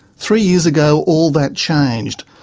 three years ago all that changed,